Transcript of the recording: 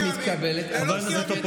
זה לא לילות כימים,